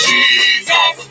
Jesus